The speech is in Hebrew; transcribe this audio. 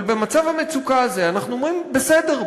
אבל במצב המצוקה הזה אנחנו אומרים: בסדר,